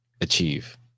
achieve